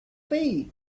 fake